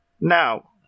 Now